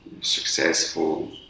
Successful